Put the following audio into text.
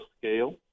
scale